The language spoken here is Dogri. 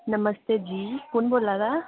नमस्ते जी कु'न बोल्ला दा